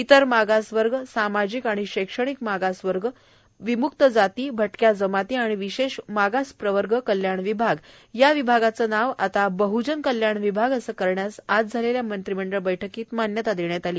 इतर मागासवर्गए सामाजिक आणि शैक्षणिक मागासप्रवर्गए विम्क्त जातीए भटक्या जमाती आणि विशेष मागास प्रवर्ग कल्याण विभाग या विभागाचे नाव आता बहजन कल्याण विभाग असे करण्यास आज झालेल्या मंत्रिमंडळ बैठकीत मान्यता देण्यात आली